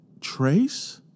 Trace